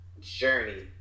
journey